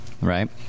right